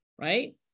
right